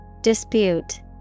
Dispute